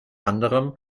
anderem